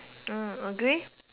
hmm agree